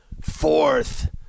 fourth